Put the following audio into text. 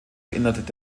erinnert